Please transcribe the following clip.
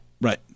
Right